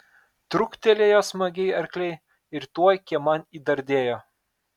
truktelėjo smagiai arkliai ir tuoj kieman įdardėjo